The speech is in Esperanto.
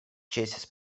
ĉesis